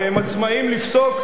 הרי הם עצמאים לפסוק,